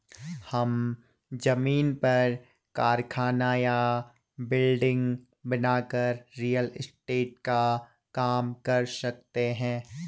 हम जमीन पर कारखाना या बिल्डिंग बनाकर रियल एस्टेट का काम कर सकते है